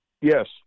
Yes